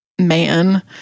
Man